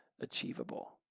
achievable